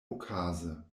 okaze